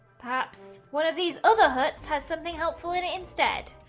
perhaps, one of these other huts has something helpful in it instead.